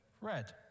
red